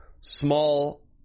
small